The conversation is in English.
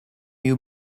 you